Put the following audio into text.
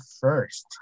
first